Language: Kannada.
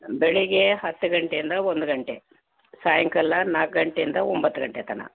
ಬೆಳಿಗ್ಗೆ ಹತ್ತು ಗಂಟೆಯಿಂದ ಒಂದು ಗಂಟೆ ಸಾಯಂಕಾಲ ನಾಲ್ಕು ಗಂಟೆಯಿಂದ ಒಂಬತ್ತು ಗಂಟೆ ತನಕ